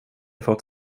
fått